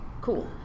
cool